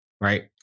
Right